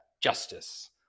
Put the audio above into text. Justice